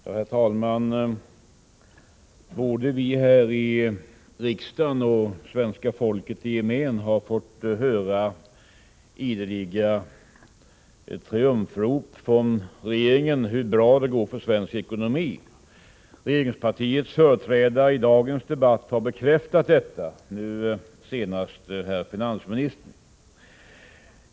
Herr talman! Både vi här i riksdagen och svenska folket i gemen har fått höra ideliga triumfrop från regeringen om hur bra det går för svensk ekonomi. Nu senast har vi hört det av herr finansministern.